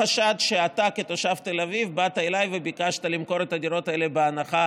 כשאבא היה מאושפז בשערי צדק, בהדסה,